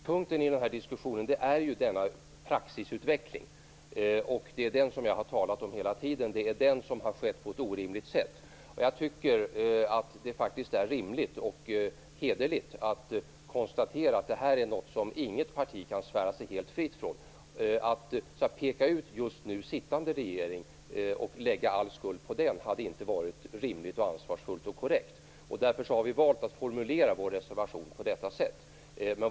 Herr talman! Det som är utgångspunkten i diskussionen är ju denna praxisutveckling. Det är den som jag har talat om hela tiden. Det är den som har skett på ett orimligt sätt. Jag tycker att det är rimligt och hederligt att konstatera att inte något parti kan svära sig helt fritt från det här. Att peka ut just nu sittande regering och lägga all skuld på den hade inte varit rimligt, ansvarsfullt och korrekt. Därför har vi valt att formulera vår reservation på detta sätt.